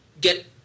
get